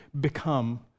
become